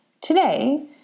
Today